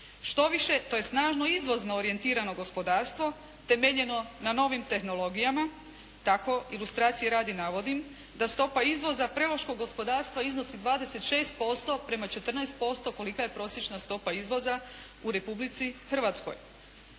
Štoviše, to je snažno izvozno orijentirano gospodarstvo temeljeno na novim tehnologijama tako ilustracije radi navodim da stopa izvoza preloškog gospodarstva iznosi 26% prema 14% kolika je prosječna stopa izvoza u Republici Hrvatskoj.